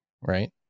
right